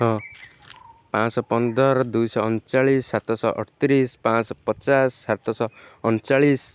ହଁ ପାଞ୍ଚଶହ ପନ୍ଦର ଦୁଇଶହ ଅଣଚାଳିଶି ସାତଶହ ଅଠତିରିଶି ପାଞ୍ଚଶହ ପଚାଶ ସାତଶହ ଅଣଚାଳିଶି